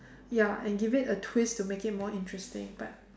ya and give it a twist to make it more interesting but